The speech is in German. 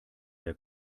der